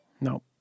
No